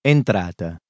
Entrata